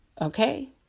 Okay